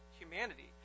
humanity